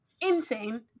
Insane